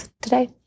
today